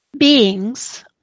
beings